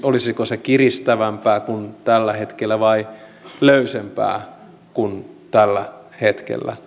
olisiko se kiristävämpää kuin tällä hetkellä vai löysempää kuin tällä hetkellä